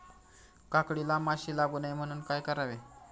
काकडीला माशी लागू नये म्हणून काय करावे?